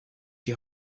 die